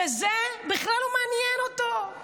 שזה בכלל לא מעניין אותו,